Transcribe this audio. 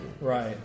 Right